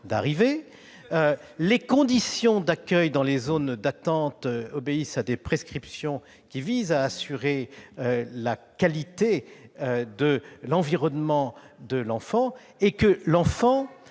? Les conditions d'accueil dans les zones d'attente obéissent à des prescriptions visant à assurer la qualité de l'environnement de l'enfant. On vous dit